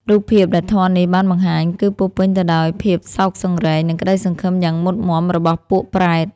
រូបភាពដែលធម៌នេះបានបង្ហាញ គឺពោរពេញទៅដោយភាពសោកសង្រេង និងក្ដីសង្ឃឹមយ៉ាងមុតមាំរបស់ពួកប្រេត។